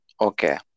Okay